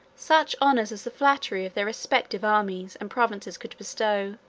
such honors as the flattery of their respective armies and provinces could bestow